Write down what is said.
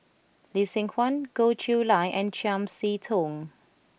Lee Seng Huat Goh Chiew Lye and Chiam See Tong